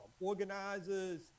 organizers